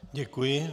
Děkuji.